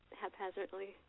haphazardly